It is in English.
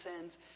sins